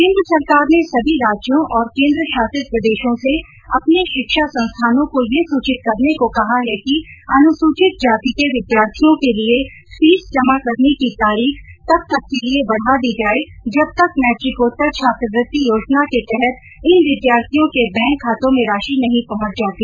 केंद्र सरकार ने सभी राज्यों और केंद्र शासित प्रदेशों से अपने शिक्षा संस्थानों को यह सुचित करने को कहा है कि अनुसूचित जाति के विद्यार्थियों के लिए फीस जमा करने की तारीख तब तक के लिए बढ़ा दी जाए जब तक मैट्रिकोत्तर छात्रवृत्ति योजना के तहत इन विद्यार्थियों के बैंक खातों में राशि नहीं पहंच जाती